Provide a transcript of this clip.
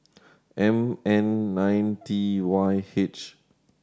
M N nine T Y H